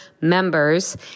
members